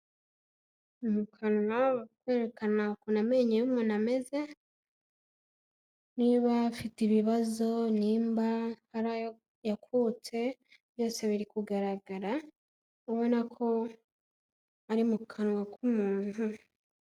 Mu kanwa bari kwerekana ukuntu amenyo y'umuntu ameze, niba afite ibibazo, nimba hari ayo yakutse byose biri kugaragara, ubona ko ari mu kanwa k'umuntu.